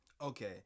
Okay